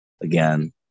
again